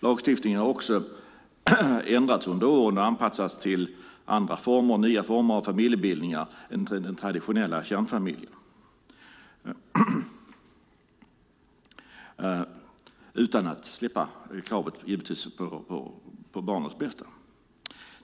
Lagstiftningen har också ändrats under åren och anpassats till andra former av familjebildningar än den traditionella kärnfamiljen utan att släppa kravet på barnets bästa.